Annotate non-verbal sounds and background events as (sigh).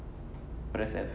(laughs)